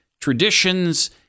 traditions